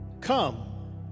Come